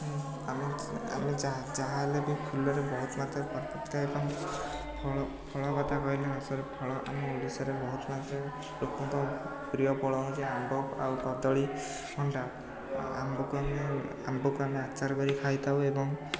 ଆମେ ଆମେ ଯାହା ଯାହାହେଲେବି ଫୁଲରେ ବହୁତ ମାତ୍ରାରେ ପ୍ରଫିଟ୍ ଥାଏ ଏବଂ ଫଳ ଫଳ କଥା କହିଲେ ନ ସରେ ଫଳ ଆମ ଓଡ଼ିଶାରେ ବହୁତମାତ୍ରାରେ ଲୋକଙ୍କ ପ୍ରିୟ ଫଳ ହେଉଛି ଆମ୍ବ ଆଉ କଦଳୀ ଭଣ୍ଡା ଆଉ ଆମ୍ବକୁ ଆମେ ଆମ୍ବକୁ ଆମେ ଆଚାର କରି ଖାଇଥାଉ ଏବଂ